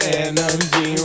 energy